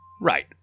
Right